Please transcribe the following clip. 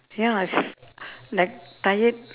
ya if like tired